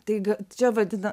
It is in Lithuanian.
taig čia vadina